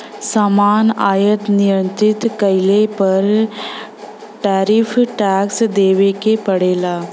सामान आयात निर्यात कइले पर टैरिफ टैक्स देवे क पड़ेला